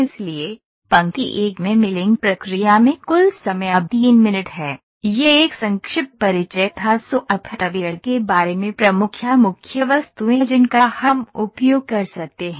इसलिए पंक्ति 1 में मिलिंग प्रक्रिया में कुल समय अब 3 मिनट है यह एक संक्षिप्त परिचय था सॉफ्टवेयर के बारे में प्रमुख या मुख्य वस्तुएं जिनका हम उपयोग कर सकते हैं